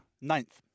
ninth